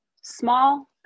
small